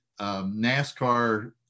NASCAR